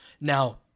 Now